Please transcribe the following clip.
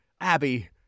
Abby